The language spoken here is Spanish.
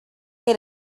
que